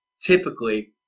Typically